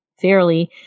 fairly